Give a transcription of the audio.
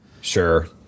Sure